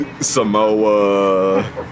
Samoa